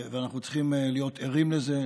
ואנחנו צריכים להיות ערים לזה,